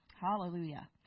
Hallelujah